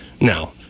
Now